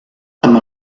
amb